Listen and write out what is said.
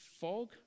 fog